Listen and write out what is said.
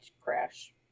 crash